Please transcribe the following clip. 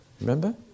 Remember